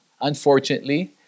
Unfortunately